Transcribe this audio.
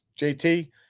JT